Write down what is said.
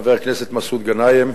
חבר הכנסת מסעוד גנאים,